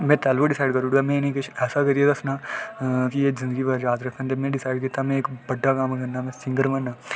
ते में तैह्लूं सोची ओड़ेआ कि में इनें ई ओह् करियै दस्सना कि एह् जिंदगी भर याद रखङन में इक बड्डा डिसाइड कीता कि में इक सिंगर बनना